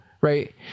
right